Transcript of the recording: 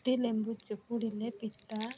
ଅତି ଲେମ୍ବୁ ଚପୁଡ଼ିଲେ ପିତା